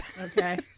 Okay